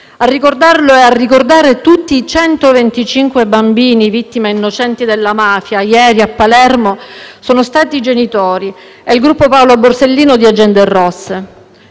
A ricordarlo e a ricordare tutti i 125 bambini vittime innocenti della mafia, ieri a Palermo, sono stati i genitori e il gruppo Paolo Borsellino di Agende Rosse.